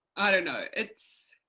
i don't know, it